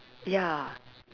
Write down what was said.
ya